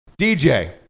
DJ